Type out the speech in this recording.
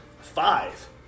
Five